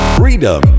freedom